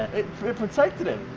it protected him!